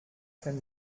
kann